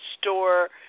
store